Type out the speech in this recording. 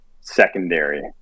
secondary